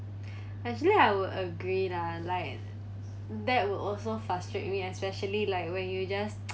actually I will agree lah like that would also frustrate me especially like when you just